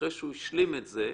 אחרי שהוא השלים את זה,